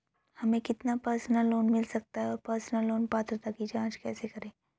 हमें कितना personal loan मिल सकता है और पर्सनल लोन पात्रता की जांच कैसे करें?